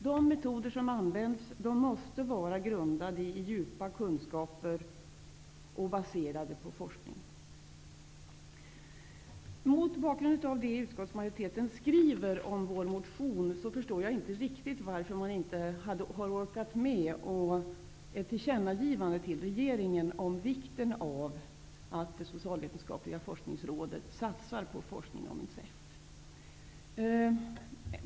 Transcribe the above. De metoder som används måste vara grundade på djupa kunskaper och baserade på forskning. Mot bakgrund av vad utskottsmajoriteten skriver om vår motion förstår jag inte riktigt varför man inte orkat med ett tillkännagivande till regeringen om vikten av att Socialvetenskapliga forskningsrådet satsar på forskning om incest.